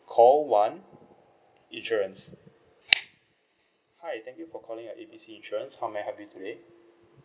call one insurance hi thank you for calling at A B C insurance how may I help you today